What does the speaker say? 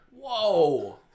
Whoa